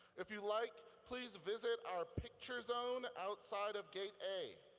if you'd like, please visit our picture zone outside of gate a.